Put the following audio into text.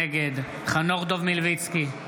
נגד חנוך דב מלביצקי,